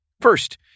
First